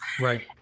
Right